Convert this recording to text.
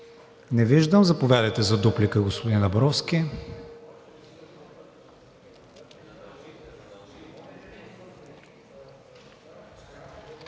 Не виждам. Заповядайте за дуплика, господин Абровски.